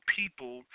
people